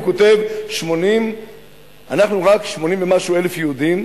הוא כותב: אנחנו רק 80,000 ומשהו יהודים,